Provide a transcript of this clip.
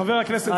חבר הכנסת זחאלקה,